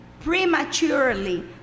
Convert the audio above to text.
prematurely